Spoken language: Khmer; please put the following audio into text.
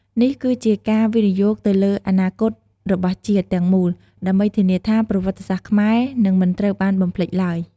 នេះគឺជាការវិនិយោគទៅលើអនាគតរបស់ជាតិទាំងមូលដើម្បីធានាថាប្រវត្តិសាស្ត្រខ្មែរនឹងមិនត្រូវបានបំភ្លេចឡើយ។